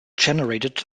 generated